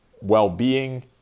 well-being